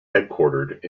headquartered